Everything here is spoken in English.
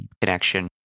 connection